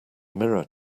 mirror